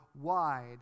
wide